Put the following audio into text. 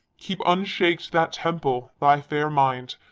keep unshak'd that temple, thy fair mind,